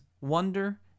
wonder